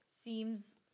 seems